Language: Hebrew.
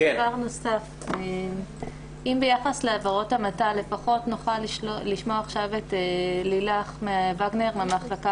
האם ביחס לעבירות המתה לפחות נוכל לשמוע עכשיו את לילך וגנר מהמחלקה